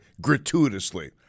gratuitously